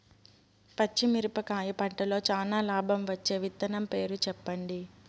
పచ్చిమిరపకాయ పంటలో చానా లాభం వచ్చే విత్తనం పేరు చెప్పండి?